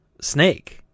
snake